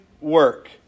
work